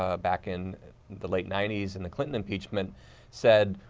ah back in the late ninety s and the clinton impeachment said,